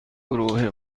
گروه